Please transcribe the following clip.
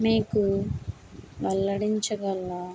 మీకు వెల్లడించగల